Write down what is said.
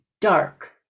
dark